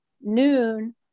noon